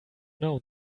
know